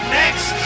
next